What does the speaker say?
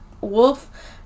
wolf